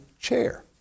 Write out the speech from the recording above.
chair